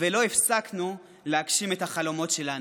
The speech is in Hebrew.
ולא הפסקנו להגשים את החלומות שלנו.